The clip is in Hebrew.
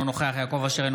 אינו נוכח יעקב אשר,